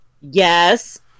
Yes